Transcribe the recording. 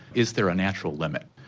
is there a natural limit?